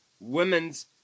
women's